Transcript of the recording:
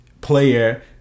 player